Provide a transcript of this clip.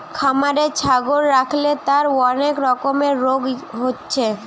খামারে ছাগল রাখলে তার অনেক রকমের রোগ হচ্ছে